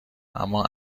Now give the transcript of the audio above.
اما